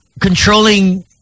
controlling